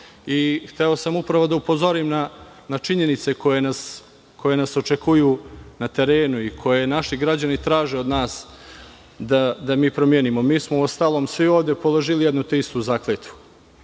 i hteo sam upravo da upozorim na činjenice koje nas očekuju na terenu je naši građani traže od nas da mi promenimo. Mi smo uostalom svi ovde položili jednu te istu zakletvu.